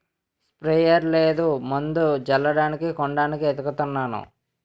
sprayer లేదు మందు జల్లడానికి కొనడానికి ఏతకతన్నాను